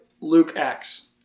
Luke-Acts